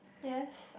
yes